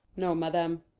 no, madam.